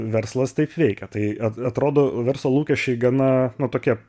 verslas taip veikia tai at atrodo verslo lūkesčiai gana nu tokie